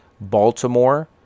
Baltimore